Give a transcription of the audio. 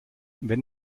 wenn